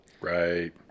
right